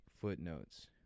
footnotes